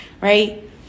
right